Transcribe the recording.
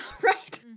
right